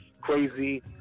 crazy